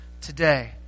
today